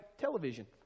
television